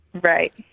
Right